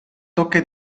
toque